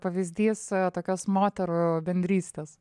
pavyzdys tokios moterų bendrystės